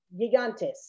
gigantes